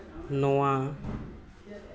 ᱱᱚᱣᱟ